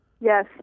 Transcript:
Yes